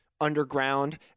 underground